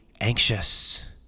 anxious